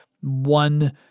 one